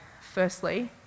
firstly